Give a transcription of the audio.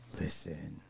Listen